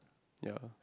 ya